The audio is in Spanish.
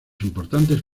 importantes